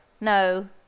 No